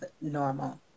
normal